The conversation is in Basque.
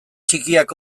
txikiak